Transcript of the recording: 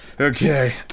Okay